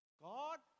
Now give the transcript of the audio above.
God